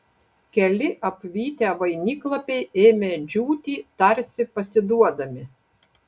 keli apvytę vainiklapiai ėmė džiūti tarsi pasiduodami